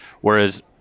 Whereas